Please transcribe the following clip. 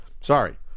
Sorry